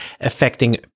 affecting